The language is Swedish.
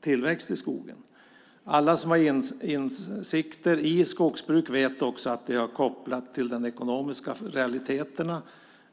tillväxt i skogen. Alla som har insikter i skogsbruk vet att det är kopplat till de ekonomiska realiteterna.